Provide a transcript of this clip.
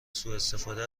سوءاستفاده